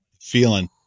feeling